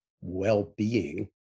well-being